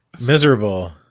Miserable